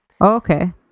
okay